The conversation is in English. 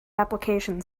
application